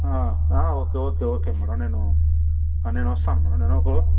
ఆ okay okay okay madam నేను నేను వస్తాను మేడం నాకు